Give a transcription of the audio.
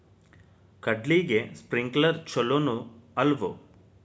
ಕಡ್ಲಿಗೆ ಸ್ಪ್ರಿಂಕ್ಲರ್ ಛಲೋನೋ ಅಲ್ವೋ?